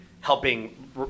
helping